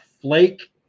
flake